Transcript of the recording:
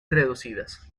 reducidas